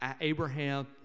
Abraham